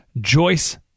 Joyce